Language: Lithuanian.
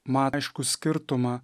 ma aiškų skirtumą